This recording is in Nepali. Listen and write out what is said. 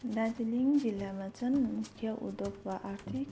दार्जिलिङ जिल्लामा चाहिँ उद्योग वा आर्थिक